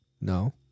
No